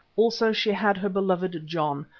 also she had her beloved john,